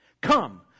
Come